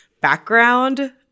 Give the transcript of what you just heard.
background